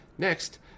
Next